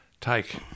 take